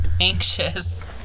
anxious